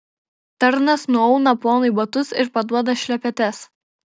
tarnas nuauna ponui batus ir paduoda šlepetes